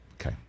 Okay